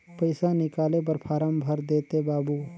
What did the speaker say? पइसा निकाले बर फारम भर देते बाबु?